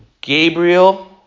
Gabriel